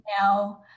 Now